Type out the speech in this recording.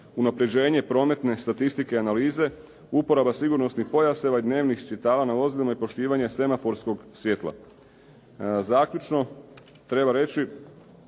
unapređenje prometne statistike i analize, uporaba sigurnosnih pojaseva i dnevnih svjetala na vozilima i poštivanje semaforskog svjetla. Zaključno, treba reći